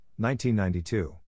1992